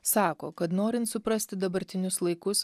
sako kad norint suprasti dabartinius laikus